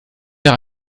nach